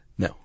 No